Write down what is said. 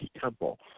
temple